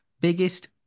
biggest